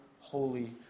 Holy